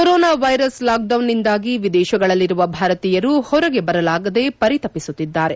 corona virus lockdown ನಿಂದಾಗಿ ವಿದೇಶಗಳಲ್ಲಿರುವ ಭಾರತೀಯರು ಹೊರಗೆ ಬರಲಾಗದೇ ಪರಿತಪಿಸುತ್ತಿದ್ದಾರೆ